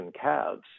calves